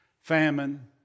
famine